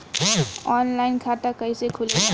Online खाता कइसे खुलेला?